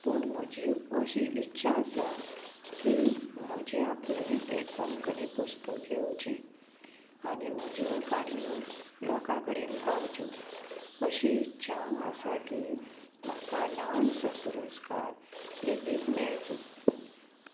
पूण म्हजी अशी इच्छा आसा की म्हजे आपले एक कोंकणी पुस्तक येवचे आनी म्हज्यो काणयो लोकां कडेन पावच्यो अशी इच्छा आसा की म्हाका ल्हान सो पुरस्कार लेगीत मेळचो